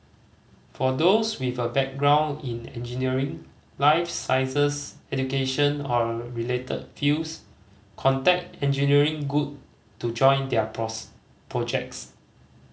for those with a background in engineering life sciences education or related fields contact Engineering Good to join their projects